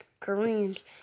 Kareem's